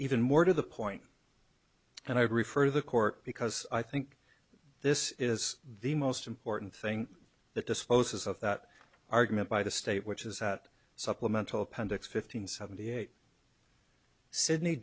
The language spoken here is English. even more to the point and i refer to the court because i think this is the most important thing that disposes of that argument by the state which is that supplemental appendix fifteen seventy eight sydney